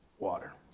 Water